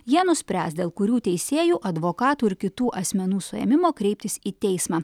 jie nuspręs dėl kurių teisėjų advokatų ir kitų asmenų suėmimo kreiptis į teismą